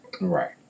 Right